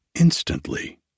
Instantly